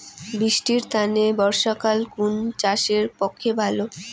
বৃষ্টির তানে বর্ষাকাল কুন চাষের পক্ষে ভালো?